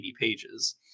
pages